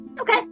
Okay